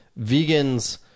vegans